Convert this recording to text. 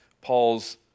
Paul's